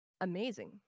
amazing